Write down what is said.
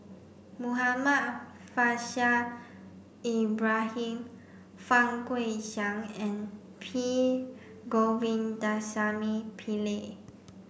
Muhammad Faishal Ibrahim Fang Guixiang and P Govindasamy Pillai